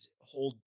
hold